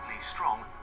strong